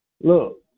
Look